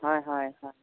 হয় হয় হয়